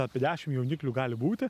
apie dešim jauniklių gali būti